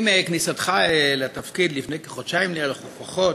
עם כניסתך לתפקיד לפני כחודשיים לערך, או פחות,